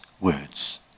words